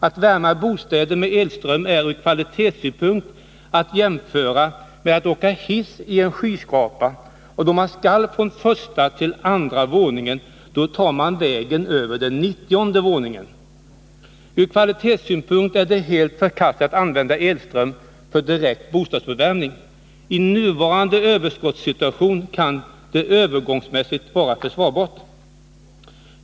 Att värma bostäder med elström är ur kvalitetssynpunkt att jämföra med att åka hiss i en skyskrapa och då för att komma från första till andra våningen ta vägen över nittionde våningen. Ur kvalitetssynpunkt är det helt förkastligt att använda elström för direkt bostadsuppvärmning. I nuvarande överskottssituation kan det övergångsmässigt vara försvarbart.